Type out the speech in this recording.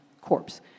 corpse